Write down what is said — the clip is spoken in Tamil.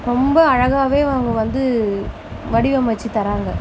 ரொம்ப அழகாகவே அவங்க வந்து வடிவமைச்சு தறாங்க